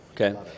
Okay